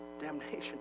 damnation